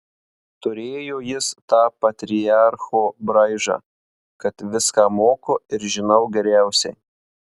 turėjo jis tą patriarcho braižą kad viską moku ir žinau geriausiai